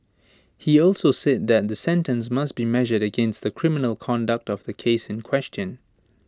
he also said that the sentence must be measured against the criminal conduct of the case in question